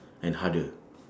and harder